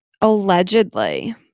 allegedly